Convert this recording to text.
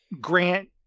Grant